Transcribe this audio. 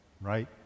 right